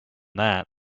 that